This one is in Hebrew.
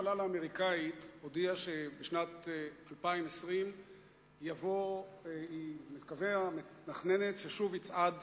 סוכנות החלל האמריקנית הודיעה שבשנת 2020 היא מתכננת ששוב יצעד